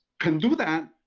can do that,